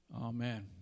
amen